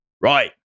Right